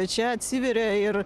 čia atsiveria ir